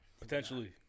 Potentially